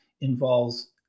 involves